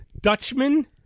Dutchman